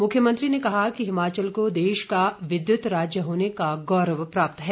मुख्यमंत्री ने कहा कि हिमाचल को देश का विद्युत राज्य होने का गौरव प्राप्त है